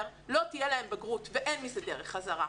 לא תהיה להם בגרות ואין מזה דרך חזרה.